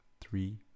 three